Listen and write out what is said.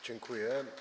Dziękuję.